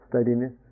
steadiness